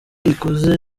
ikoze